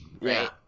Right